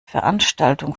veranstaltung